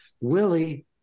Willie